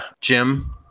Jim